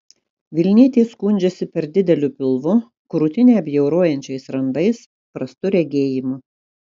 vilnietė skundžiasi per dideliu pilvu krūtinę bjaurojančiais randais prastu regėjimu